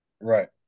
Right